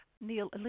Neil